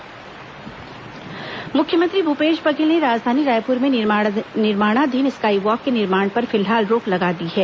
sky walk निर्माण रोक मुख्यमंत्री भूपेश बघेल ने राजधानी रायपुर में निर्माणाधीन स्काई वॉक के निर्माण पर फिलहाल रोक लगा दी हैं